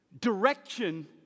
direction